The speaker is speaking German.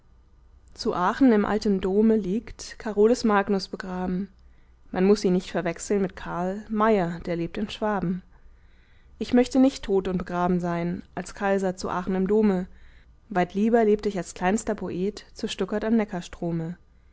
zu aachen im alten dome liegt carolus magnus begraben man muß ihn nicht verwechseln mit karl mayer der lebt in schwaben ich möchte nicht tot und begraben sein als kaiser zu aachen im dome weit lieber lebt ich als kleinster poet zu